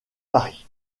paris